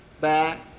Back